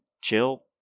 chill